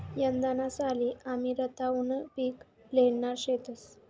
यंदाना साल आमी रताउनं पिक ल्हेणार शेतंस